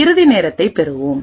இறுதி நேரத்தைப் பெறுவோம்